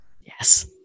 Yes